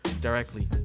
directly